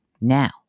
now